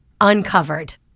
Uncovered